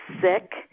sick